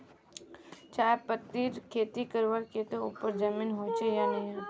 चाय पत्तीर खेती करवार केते ऊपर जमीन होचे या निचान?